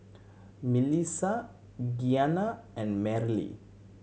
Milissa Giana and Merrilee